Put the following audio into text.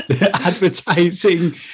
advertising